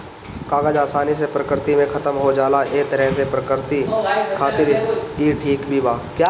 कागज आसानी से प्रकृति में खतम हो जाला ए तरह से प्रकृति खातिर ई ठीक भी बा